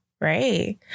right